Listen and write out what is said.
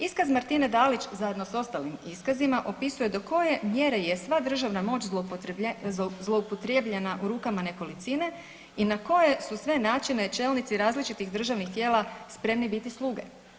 Iskaz Martine Dalić zajedno s ostalim iskazima opisuje do koje mjere je sva državna moć zloupotrijebljena u rukama nekolicine i na koje su sve načine čelnici različitih državnih tijela spremni biti sluge.